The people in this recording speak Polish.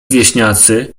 wieśniacy